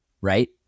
right